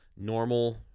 normal